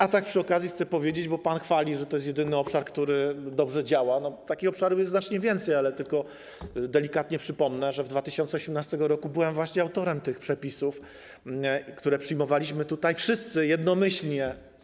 A tak przy okazji chcę powiedzieć, bo pan chwali, że to jest jedyny obszar, który dobrze działa, że takich obszarów jest znacznie więcej, tylko delikatnie przypomnę, że w 2018 r. byłem właśnie autorem tych przepisów, które przyjmowaliśmy tutaj wszyscy jednomyślnie.